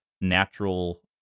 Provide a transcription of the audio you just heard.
natural